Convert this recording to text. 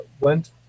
went